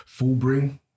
Fullbring